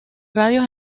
radio